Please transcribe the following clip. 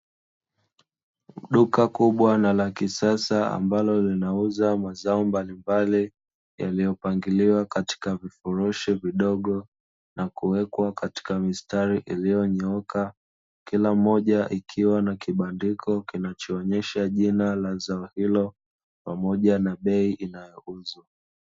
Duka kubwa na la kisasa ambalo linauza mazao mbalimbali yaliyopangiliwa katika vifurushi vidogo na kuwekwa katika mistari iliyonyooka, kila mmoja ikiwa na kibandiko kinachoonyesha jina la zao hilo pamoja na bei inayouzwa.